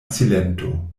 silento